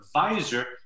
advisor